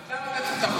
זה בניגוד לחוק?